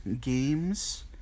games